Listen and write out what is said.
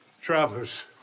Travelers